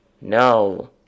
No